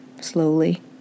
slowly